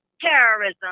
terrorism